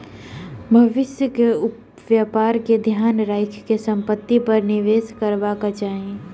भविष्यक व्यापार के ध्यान राइख के संपत्ति पर निवेश करबाक चाही